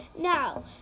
Now